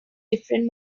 different